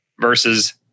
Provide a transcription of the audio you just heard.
versus